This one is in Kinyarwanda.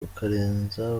ukarenza